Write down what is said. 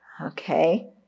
Okay